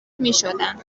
میشدند